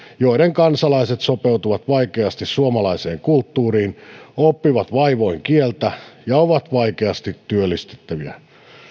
joiden kansalaiset sopeutuvat vaikeasti suomalaiseen kulttuuriin oppivat vaivoin kieltä ja ovat vaikeasti työllistettäviä